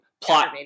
plot